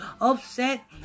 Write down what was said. upset